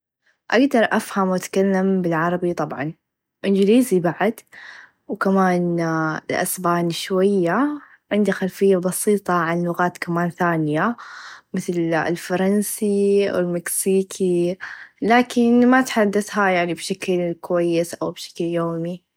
اريد أفهت و أتكلم بالعربي طبعا إنچليزي بعد و كمان الأسباني شويه عندي خلفيه بسيطه عن لغات كمان ثانيه مثل الفرنسي و المكسيكي لاكن ماأتحدثها يعني بشكل كويس او بشكل يومي.